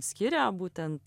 skiria būtent